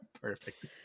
Perfect